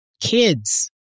kids